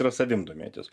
yra savim domėtis